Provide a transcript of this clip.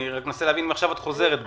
אני מנסה להבין אם עכשיו את חוזרת בך,